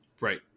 Right